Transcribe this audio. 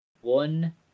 one